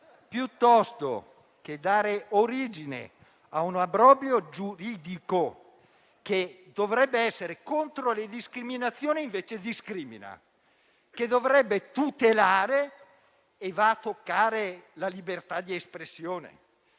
che si desse origine ad un obbrobrio giuridico, che dovrebbe essere contro le discriminazioni e invece discrimina, che dovrebbe tutelare e invece va a toccare la libertà di espressione,